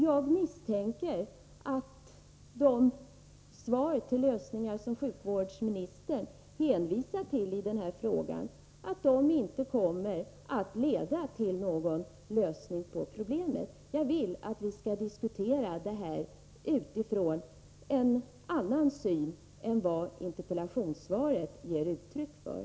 Jag misstänker att de förslag till lösningar som sjukvårdsministern hänvisar till i den här frågan inte kommer att leda till någon lösning på problemet. Jag vill att vi skall diskutera denna fråga utifrån en annan syn än den interpellationssvaret ger uttryck för.